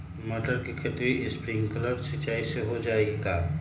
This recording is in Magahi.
मटर के खेती स्प्रिंकलर सिंचाई से हो जाई का?